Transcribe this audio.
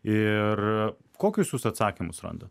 ir kokius jūs atsakymus randat